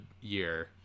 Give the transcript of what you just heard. year